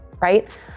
right